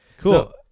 Cool